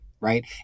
right